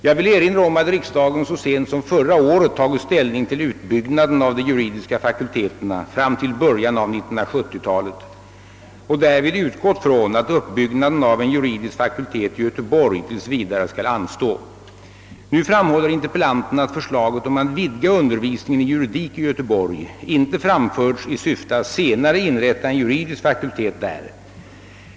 Jag vill erinra om att riksdagen så sent som förra året tagit ställning till utbyggnaden av de juridiska fakulteterna fram till början av 1970-talet och därvid utgått från att uppbyggnaden av en juridisk fakultet i Göteborg tills vidare skall anstå. Nu framhåller interpellanten att förslaget om att vidga undervisningen i juridik i Göteborg inte framförts i syfte att senare inrätta en juridisk fakultet där.